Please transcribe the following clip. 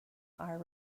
are